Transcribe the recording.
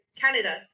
Canada